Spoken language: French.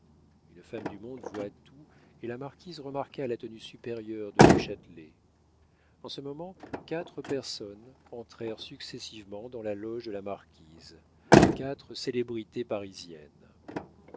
une femme du monde voit tout et la marquise remarqua la tenue supérieure de du châtelet en ce moment quatre personnes entrèrent successivement dans la loge de la marquise quatre célébrités parisiennes